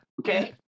okay